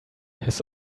his